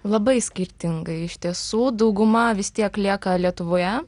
labai skirtingai iš tiesų dauguma vis tiek lieka lietuvoje